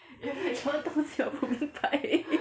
什么东西我不明白